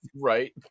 Right